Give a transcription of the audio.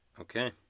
Okay